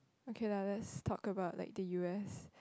okay lah let's talk about like the U_S